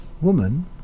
woman